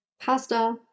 pasta